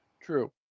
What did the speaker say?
True